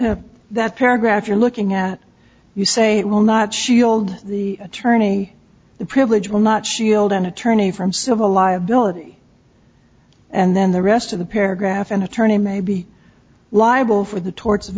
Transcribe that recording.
that paragraph you're looking at you say it will not shield the attorney the privilege will not shield an attorney from civil liability and then the rest of the paragraph an attorney may be liable for the torts of